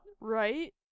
Right